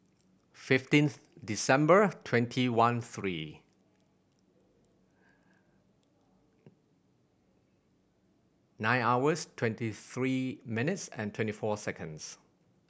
fifteenth December twenty one three nine hours twenty three minutes and twenty four seconds